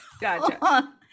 gotcha